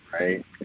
Right